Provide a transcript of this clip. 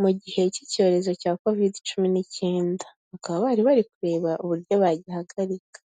mu gihe cy'icyorezo cya kovide cumi n'icyenda. Bakaba bari kureba, uburyo bagihagarika.